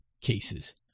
cases